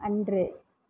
அன்று